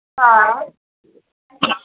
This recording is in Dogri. हां